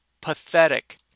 pathetic